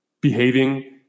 behaving